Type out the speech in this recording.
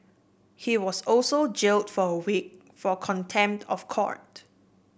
he was also jailed for a week for contempt of court